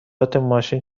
ماشین